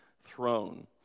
throne